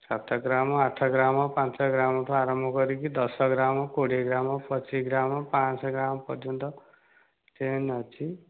ସାତ ଗ୍ରାମ ଆଠ ଗ୍ରାମ ପାଞ୍ଚ ଗ୍ରାମ ଠୁ ଆରମ୍ଭ କରିକି ଦଶ ଗ୍ରାମ କୋଡ଼ିଏ ଗ୍ରାମ ପଚିଶି ଗ୍ରାମ ପାଞ୍ଚ ଶହ ଗ୍ରାମ ପର୍ଯ୍ୟନ୍ତ ଚେନ ଅଛି